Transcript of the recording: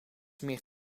meer